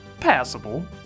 passable